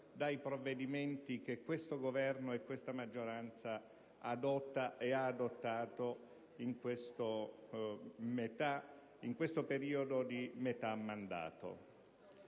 dai provvedimenti che questo Governo e questa maggioranza hanno adottato e adottano in questo periodo di metà mandato.